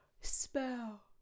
Spell